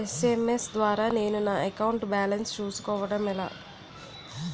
SMS ద్వారా నేను నా అకౌంట్ బాలన్స్ చూసుకోవడం ఎలా?